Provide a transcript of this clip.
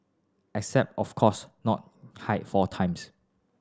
except of course not hike four times